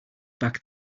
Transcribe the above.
back